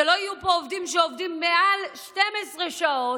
שלא יהיו פה עובדים שעובדים מעל 12 שעות,